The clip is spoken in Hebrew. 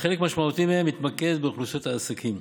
וחלק משמעותי מהם מתמקד באוכלוסיית העסקים.